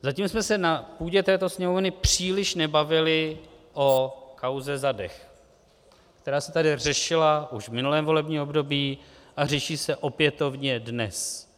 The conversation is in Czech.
Zatím jsme se na půdě této Sněmovny příliš nebavili o kauze Zadeh, která se tady řešila už v minulém volebním období a řeší se opětovně dnes.